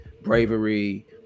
bravery